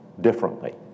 differently